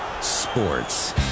Sports